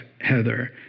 Heather